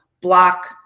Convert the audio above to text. block